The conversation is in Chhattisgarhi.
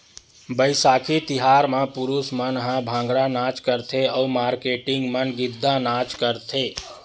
बइसाखी तिहार म पुरूस मन ह भांगड़ा नाच करथे अउ मारकेटिंग मन गिद्दा नाच करथे